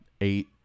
eight